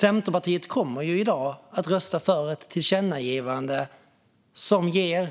Centerpartiet kommer i dag att rösta för ett tillkännagivande som ger